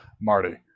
marty